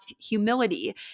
humility